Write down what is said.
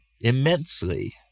immensely